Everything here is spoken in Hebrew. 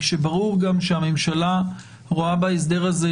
כשברור גם שהממשלה רואה בהסדר הזה,